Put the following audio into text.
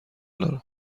دارم